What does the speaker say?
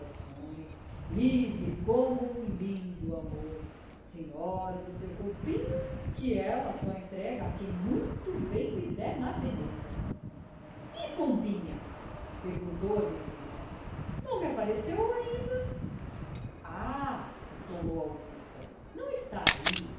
ações livre como o lindo amor senhora do seu corpinho que ela só entrega a quem muito bem lhe der na veneta e pombinha perguntou a visita não me apareceu ainda ah esclareceu augusta não está ai